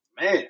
man